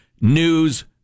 news